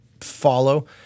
follow